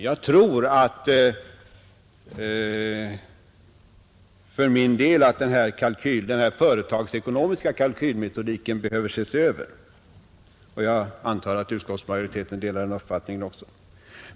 Jag tror för min del att den företagsekonomiska kalkylmetodiken behöver ses över och jag antar att utskottsmajoriteten delar den uppfattningen.